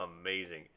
amazing